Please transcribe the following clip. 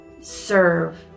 serve